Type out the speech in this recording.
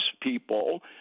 people